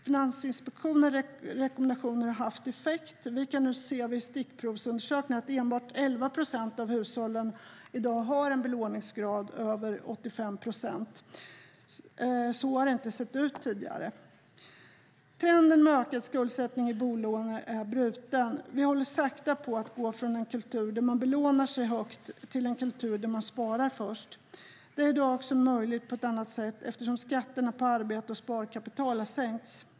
Finansinspektionens rekommendationer har haft effekt; vi kan nu vid en stickprovsundersökning se att enbart 11 procent av hushållen i dag har en belåningsgrad över 85 procent. Så har det inte sett ut tidigare. Trenden med ökad skuldsättning i bolån är bruten. Vi håller sakta på att gå från en kultur där man belånar sig högt till en kultur där man sparar först. Det är i dag också möjligt på ett annat sätt, eftersom skatterna på arbete och sparkapital har sänkts.